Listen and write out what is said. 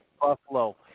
Buffalo